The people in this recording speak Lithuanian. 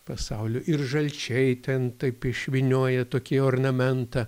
pasaulio ir žalčiai ten taip išvynioja tokį ornamentą